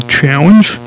challenge